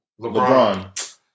LeBron